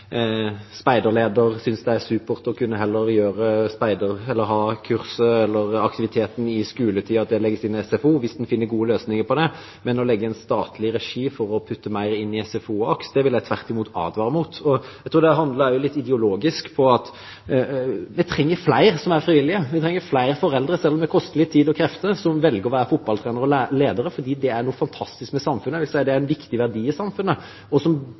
speiderleder synes det er supert heller å ha kurset eller aktiviteten i skoletiden, at det legges inn i SFO. Men å legge en statlig regi for å putte mer inn i SFO og AKS vil jeg tvert imot advare mot. Jeg tror det også handler litt om ideologi. Vi trenger flere som er frivillige, vi trenger flere foreldre – selv om det koster litt tid og krefter – som velger å være fotballtrenere og ledere, fordi det er noe fantastisk med samfunnet. Jeg vil si det er en viktig verdi i samfunnet, og